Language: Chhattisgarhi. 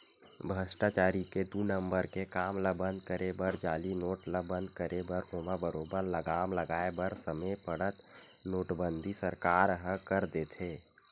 भस्टाचारी के दू नंबर के काम ल बंद करे बर जाली नोट ल बंद करे बर ओमा बरोबर लगाम लगाय बर समे पड़त नोटबंदी सरकार ह कर देथे